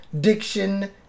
diction